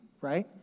right